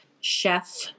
chef